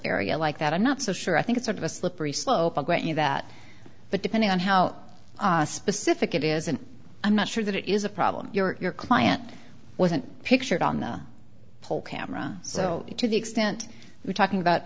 area like that i'm not so sure i think it's sort of a slippery slope i grant you that but depending on how specific it is and i'm not sure that it is a problem your client wasn't pictured on the pole camera so to the extent we're talking about